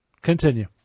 Continue